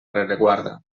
rereguarda